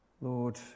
Lord